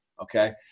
Okay